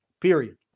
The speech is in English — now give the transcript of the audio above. Period